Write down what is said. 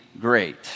Great